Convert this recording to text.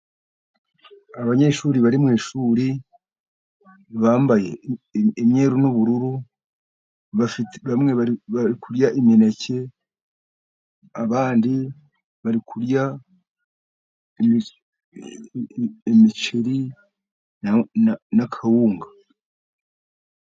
Abanyeshuri bari mu ishuri, bambaye imyeru n'ubururu, bamwe bari kurya imineke, abandi bari kurya imiceri n'akawunga.